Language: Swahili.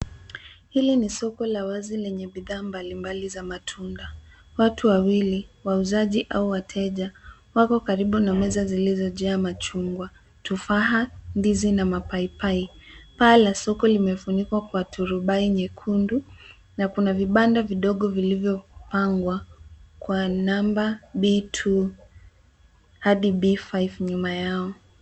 Hili ni soko la wazi lenye bidhaa mbalimbali za matunda. Watu wawili wauzaji au wateja wako karibu na meza zilizojaa machungwa, tufaha, ndizi na mapaipai. Paa za soko limefunikwa kwa turubai nyekundu na kuna vibanda vidogo vilivyopangwa kwa namba B2 hadi B5 nyuma yake.